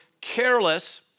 careless